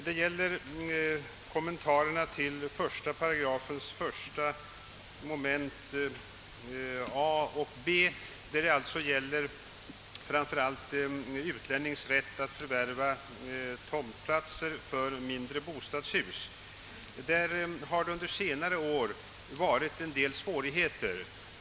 Det gäller kommentarerna till 1 8 mom. 1. a och b, vilka behandlar utlännings rätt att förvärva tomtplatser för mindre bostadshus. På detta område har det under senare år varit en del svårigheter.